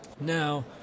Now